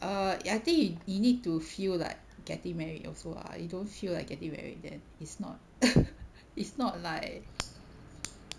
err ya I think you need to feel like getting married also lah you don't feel like getting married then it's not it's not like